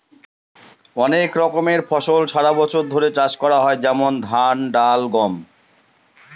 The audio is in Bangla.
অনেক রকমের ফসল সারা বছর ধরে চাষ করা হয় যেমন ধান, ডাল, গম